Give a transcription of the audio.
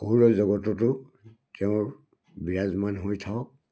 সৌৰজগতটো তেওঁৰ বিৰাজমান হৈ থাকক